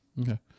Okay